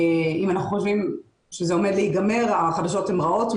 אם אנחנו חושבים שזה עומד להיגמר, החדשות הן רעות.